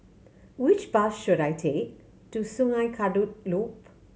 which bus should I take to Sungei Kadut Loop